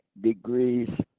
degrees